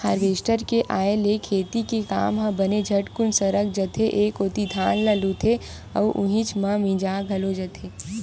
harvester के आय ले खेती के काम ह बने झटकुन सरक जाथे एक कोती धान ल लुथे अउ उहीच म मिंजा घलो जथे